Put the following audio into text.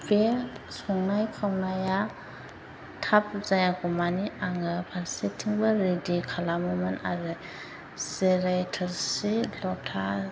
बे संनाय खावनाया थाब जायागौ मानि आङो फारसेथिंबो रेडि खालामोमोन आरो जेरै थोरसि लथा